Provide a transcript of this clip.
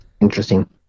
Interesting